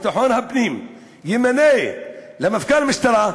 שוב להבין: אם אנחנו נגדע את הדבר הזה,